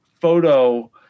photo